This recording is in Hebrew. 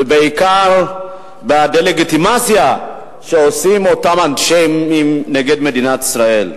ובעיקר עם הדה-לגיטימציה שעושים אנשים נגד מדינת ישראל.